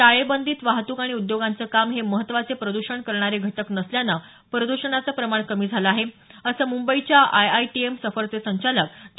टाळेबंदीत वाहतूक आणि उद्योगांचं काम हे महत्त्वाचे प्रद्षण करणारे घटक नसल्याने प्रद्षणाचं प्रमाण कमी झालं आहे असे मुंबईच्या आयआयटीएम सफरचे संचालक डॉ